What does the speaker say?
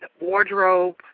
wardrobe